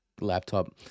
laptop